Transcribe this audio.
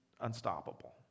unstoppable